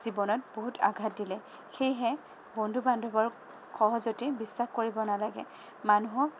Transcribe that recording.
জীৱনত বহুত আঘাত দিলে সেয়েহে বন্ধু বান্ধৱক সহজতে বিশ্বাস কৰিব নালাগে মানুহক